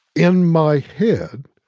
in my head,